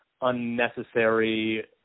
unnecessary –